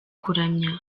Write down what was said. kuramya